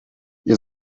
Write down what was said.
ihr